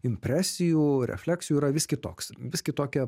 impresijų refleksijų yra vis kitoks vis kitokia